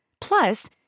Plus